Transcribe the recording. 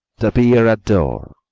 the bier at door,